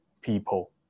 people